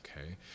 okay